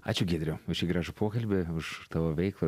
ačiū giedriau už šį gražų pokalbį už tavo veiklą